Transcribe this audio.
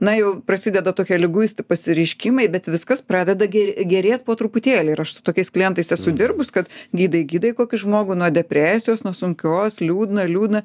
na jau prasideda tokie liguisti pasireiškimai bet viskas pradeda ger gerėt po truputėlį ir aš su tokiais klientais esu dirbus kad gydai gydai kokį žmogų nuo depresijos nuo sunkios liūdna liūdna